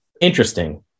interesting